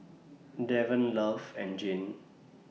Darron Love and Jane